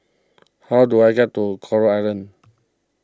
how do I get to Coral Island